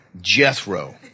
Jethro